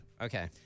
Okay